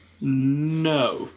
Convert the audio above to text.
No